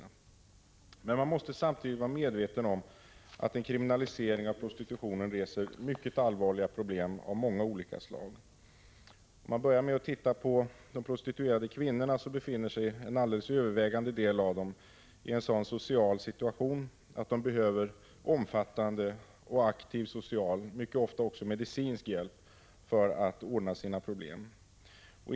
29 april 1986 Men man måste samtidigt vara medveten om att en kriminalisering av prostitutionen reser allvarliga problem av många olika slag. En övervägande del av de kvinnor som ägnar sig åt prostitution befinner sig i en sådan social situation att de behöver omfattande och aktiv social — och mycket ofta också medicinsk — hjälp för att ordna sina problem.